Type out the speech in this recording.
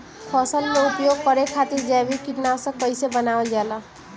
फसल में उपयोग करे खातिर जैविक कीटनाशक कइसे बनावल जाला?